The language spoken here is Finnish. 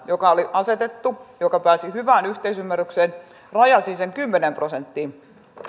joka oli asetettu ja joka pääsi hyvään yhteisymmärrykseen rajasi sen kymmeneen prosenttiin